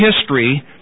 history